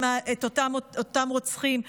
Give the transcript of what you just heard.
את אותם רוצחים,